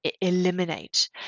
eliminate